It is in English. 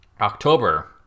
October